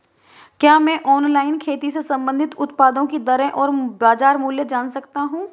क्या मैं ऑनलाइन खेती से संबंधित उत्पादों की दरें और बाज़ार मूल्य जान सकता हूँ?